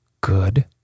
Good